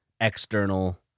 external